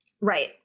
right